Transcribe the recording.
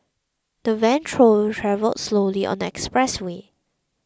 the van true travelled slowly on next expressway